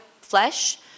flesh